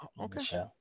Okay